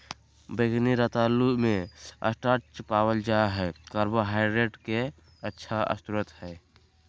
बैंगनी रतालू मे स्टार्च पावल जा हय कार्बोहाइड्रेट के अच्छा स्रोत हय